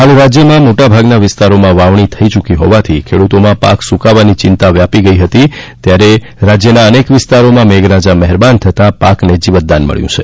હાલ રાજ્યનાં મોટાભાગના વિસ્તારોમાં વાવણી થઈ ચૂકી હોવાથી ખેડ્રતોમાં પાક સુકાવાની ચિંતા વ્યાપી ગઈ હતી ત્યારે આજે રાજ્યના અનેક વિસ્તારોમાં મેઘરાજા મહેરબાન થતાં પાકને જીવતદાન મળ્યું છે